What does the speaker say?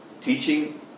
teaching